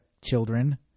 children